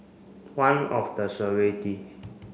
one of the